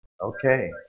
Okay